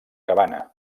cabana